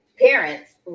parents